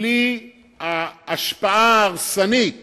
בלי ההשפעה ההרסנית